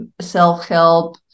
self-help